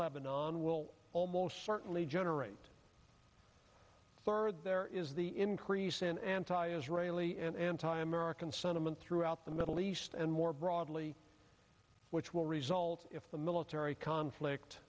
lebanon will almost certainly generate third there is the increase in anti israeli and anti american sentiment throughout the middle east and more broadly which will result if the military conflict